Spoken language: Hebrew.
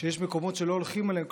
שיש מקומות שלא הולכים אליהם,